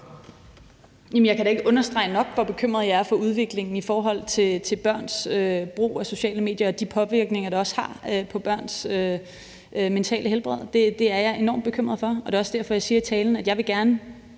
Jeg kan da ikke understrege nok, hvor bekymret jeg er for udviklingen i børns brug af sociale medier og de påvirkninger, det har på børns mentale helbred. Det er jeg enormt bekymret for. Det er også derfor, jeg siger i talen, at jeg også gerne